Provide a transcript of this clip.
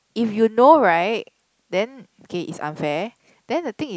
if you know right then k it's unfair then the thing is